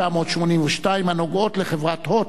התשמ"ב 1982, הנוגעות לחברת "הוט,